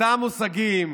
אותם מושגים,